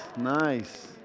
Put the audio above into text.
nice